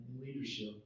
leadership